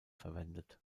verwendet